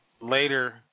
later